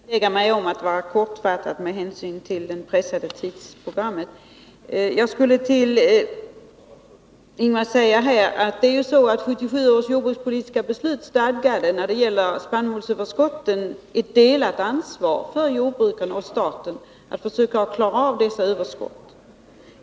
Herr talman! Jag skall vinnlägga mig om att vara kortfattad med hänsyn till det pressade tidsprogrammet. Jag vill säga till Ingvar Eriksson att 1974 års jordbrukspolitiska beslut stadgade ett delat ansvar mellan jordbrukarna och staten när det gäller att klara spannmålsöverskott.